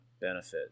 benefit